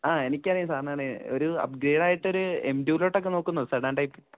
ആഹ് എനിക്കറിയാം സാറിന് ഒരു അപ്ഗ്രേഡ് ആയിട്ട് ഒരു എം ടുവിലേക്കൊക്കെ നോക്കുന്നുവോ സാർ